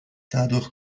dadurch